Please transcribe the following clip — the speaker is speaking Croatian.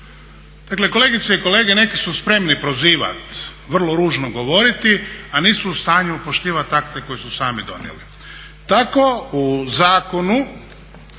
Dakle kolegice i kolege, neki su spremni prozivat, vrlo ružno govoriti, a nisu u stanju poštivat akte koji su sami donijeli.